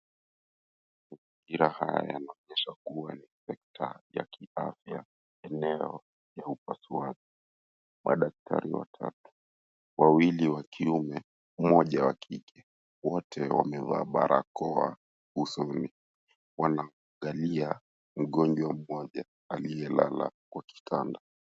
Mazingira haya yanayoonyesha kuwa ni sekta ya kiafya eneo la upasuaji. Madaktari watatu wawili wa kiume, mmoja wa kike, wote wamevaa barakoa usoni. Wanamwangalia mgonjwa mmoja aliyelala kwa kitanda.